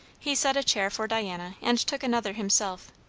he set a chair for diana and took another himself,